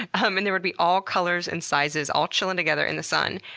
um and there would be all colors and sizes all chilling together in the sun.